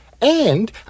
And